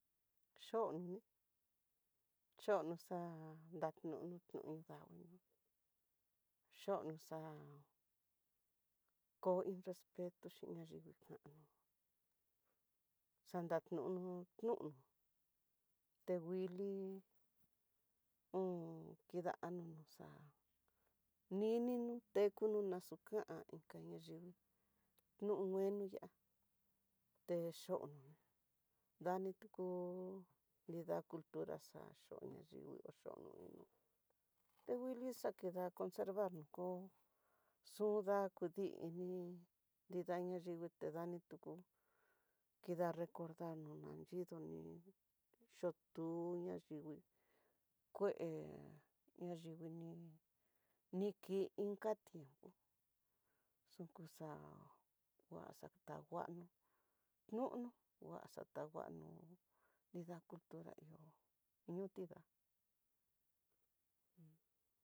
Yo'o nani yo'o nuxa, ndanonno no iin ndaguinó un xhono xa'á, ko iin respeto xhi nayingui kano, xadandunu nunu tenguili un kidano noxa nininú teku nunaxukan inka ña yingui, no ngueno ya'á te chon noná daniko nida cultura xaa'á, xaon yingui hó xhono uno nguili xakida conservar oko xundaku dii, nridi nida nayingui nrida ni tuku, kida recordar no nanyidoni, un chutu ñayingui, kué nayingui nii, niki inka tiempo xukuxa nguaxa takano nunu nguaxa tanguanu nida doctora ihó notá.